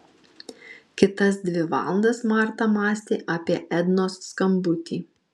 kitas dvi valandas marta mąstė apie ednos skambutį